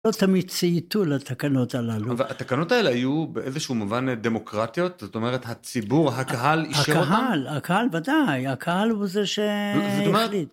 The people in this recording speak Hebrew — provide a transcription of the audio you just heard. לא תמיד צייתו לתקנות הללו. -אבל התקנות האלה היו באיזשהו מובן דמוקרטיות? זאת אומרת הציבור, הקהל, אישר אותם? -הקהל, הקהל וודאי, הקהל הוא זה שהחליט. -זאת אומרת...